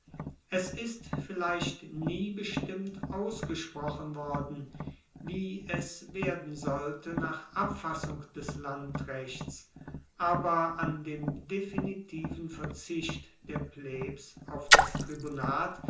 es ist vielleicht nie bestimmt ausgesprochen worden wie es werden sollte nach abfassung des landrechts aber an dem definitiven verzicht der plebs auf das tribunat